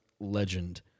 legend